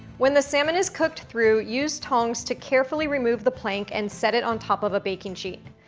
when the salmon is cooked through, use tongs to carefully remove the plank and set it on top of a baking sheet.